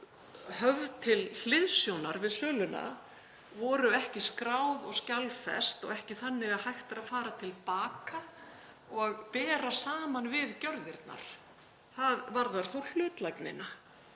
höfð til hliðsjónar við söluna voru ekki skráð og skjalfest og ekki þannig að hægt sé að fara til baka og bera saman við gjörðirnar. Það varðar þá hlutlægnina;